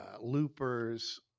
loopers